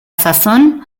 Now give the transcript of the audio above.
sazón